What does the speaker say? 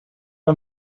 hem